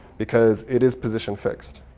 because it is position fixed.